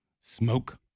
Smoke